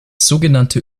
sogenannte